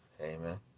Amen